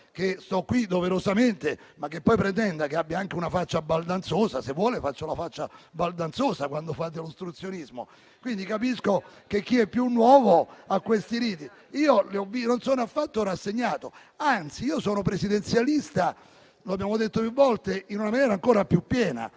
che poi la sinistra pretenda che io abbia anche una faccia baldanzosa; se volete, faccio la faccia baldanzosa quando fate ostruzionismo, ma capisco chi è più nuovo a questi riti. Io non sono affatto rassegnato, anzi sono presidenzialista - lo abbiamo detto più volte - anzi in una maniera ancora più piena,